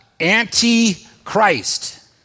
antichrist